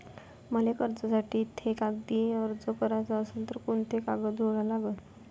मले कर्जासाठी थे कागदी अर्ज कराचा असन तर कुंते कागद जोडा लागन?